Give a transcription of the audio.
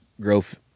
growth